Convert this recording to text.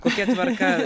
kokia tvarka